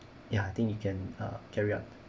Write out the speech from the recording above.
ya I think you can uh carry out